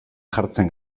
jartzen